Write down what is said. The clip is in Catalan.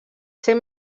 ser